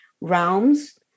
realms